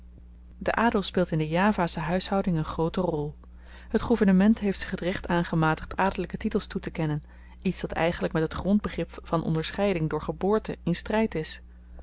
de adel speelt in de javasche huishouding een groote rol het gouvernement heeft zich t recht aangematigd adelyke titels toetekennen iets dat eigenlyk met het grondbegrip van onderscheiding door geboorte in stryd is